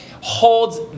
holds